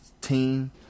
team